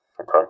Okay